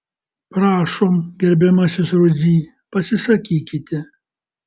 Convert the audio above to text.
prašom gerbiamasis rudzy pasisakykite